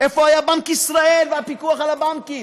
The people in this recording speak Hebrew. איפה היה בנק ישראל והפיקוח על הבנקים?